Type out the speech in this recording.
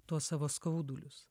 tuos savo skaudulius